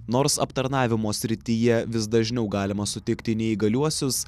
nors aptarnavimo srityje vis dažniau galima sutikti neįgaliuosius